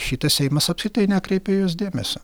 šitas seimas apskritai nekreipia į juos dėmesio